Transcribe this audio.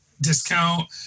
discount